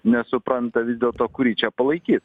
nesupranta vis dėlto kurį čia palaikyt